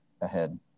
ahead